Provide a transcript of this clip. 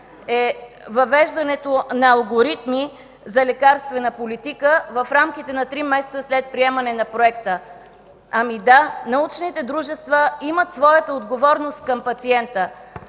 въвеждането на алгоритми за лекарствена политика в рамките на три месеца след приемане на Проекта. Да, научните дружества имат своята отговорност към пациента,